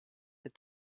that